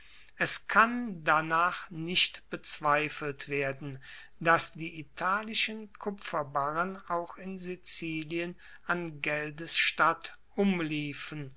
es kann danach nicht bezweifelt werden dass die italischen kupferbarren auch in sizilien an geldes statt umliefen